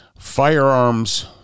firearms